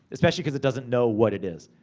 especially because it doesn't know what it is.